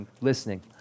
listening